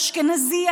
האשכנזי,